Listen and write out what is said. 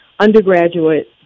undergraduate